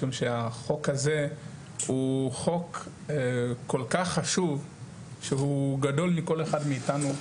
משום שהחוק הזה הוא חוק כל-כך חשוב שהוא גדול מכל אחד מאיתנו,